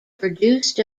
produced